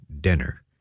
dinner